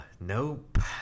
nope